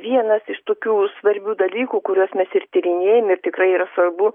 vienas iš tokių svarbių dalykų kuriuos mes ir tyrinėjam ir tikrai yra svarbu